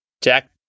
Jack